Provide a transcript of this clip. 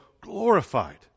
glorified